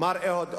מר אהוד אולמרט,